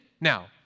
Now